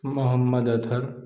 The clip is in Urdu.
محمد اطہر